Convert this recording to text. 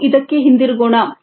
ನಾವು ಇದಕ್ಕೆ ಹಿಂತಿರುಗೋಣ